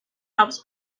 helps